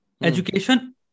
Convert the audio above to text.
education